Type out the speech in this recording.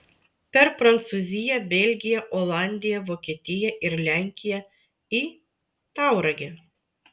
per prancūziją belgiją olandiją vokietiją ir lenkiją į tauragę